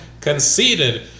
conceded